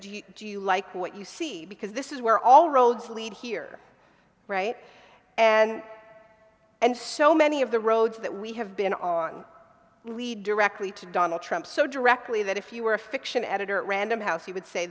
says do you like what you see because this is where all roads lead here right and and so many of the roads that we have been on lead directly to donald trump so directly that if you were a fiction editor at random house he would say